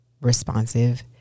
responsive